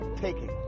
taking